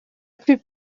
plus